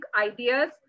ideas